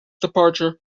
departure